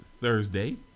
thursday